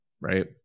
right